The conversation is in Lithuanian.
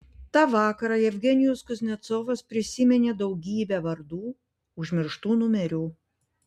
tą vakarą jevgenijus kuznecovas prisiminė daugybė vardų užmirštų numerių